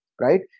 right